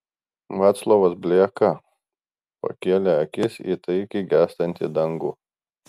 vaclovas blieka pakėlė akis į taikiai gęstantį dangų